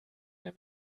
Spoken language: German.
der